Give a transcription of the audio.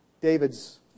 David's